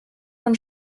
von